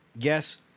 Yes